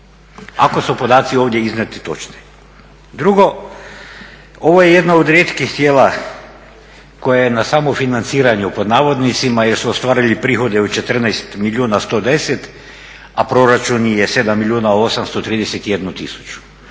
Ako su podaci ovdje iznijeti točni. Drugo, ovo je jedno od rijetkih tijela koje je na "samofinanciranju" pod navodnicima jer su ostvarili prihode od 14 milijuna 110, a proračun je 7 milijuna 831 tisuću.